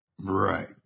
Right